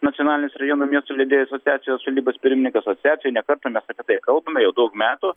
nacionalinės rajonų miestų leidėjų asociacijos valdybos pirmininkas asociacijoj nekartą mes apie tai kalbame jau daug metų